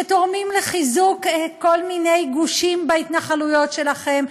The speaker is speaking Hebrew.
שתורמים לחיזוק כל מיני גושים בהתנחלויות שלכם,